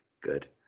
Good